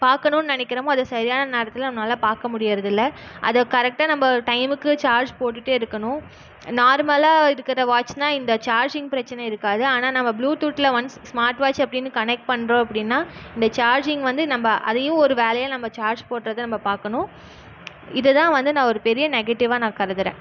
பார்க்கணுன்னு நினைக்கிறோமோ அது சரியான நேரத்தில் நம்முனால பார்க்க முடியிறது இல்லை அது கரெக்டாக நம்ப டைமுக்கு சார்ஜ் போட்டுகிட்டே இருக்கணும் நார்மலாக இருக்கிற வாட்ச்ன்னா இந்த சார்ஜிங் பிரெச்சனை இருக்காது ஆனால் நம்ம ப்ளூடூத்தில் ஒன்ஸ் ஸ்மார்ட் வாட்ச் அப்படின்னு கனெக்ட் பண்ணுறோம் அப்படின்னா இந்த சார்ஜிங் வந்து நம்ப அதையும் ஒரு வேலையாக நம்ப சார்ஜ் போட்டதை நம்ப பார்க்கணும் இதைதான் வந்து நான் ஒரு பெரிய நெகட்டிவாக நான் கருதுறேன்